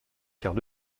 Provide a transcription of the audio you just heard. quart